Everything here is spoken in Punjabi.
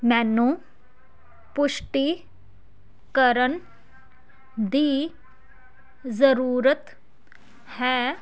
ਮੈਨੂੰ ਪੁਸ਼ਟੀ ਕਰਨ ਦੀ ਜ਼ਰੂਰਤ ਹੈ